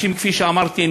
כפי שאמרתי,